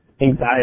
anxiety